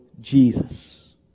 Jesus